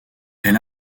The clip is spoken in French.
elle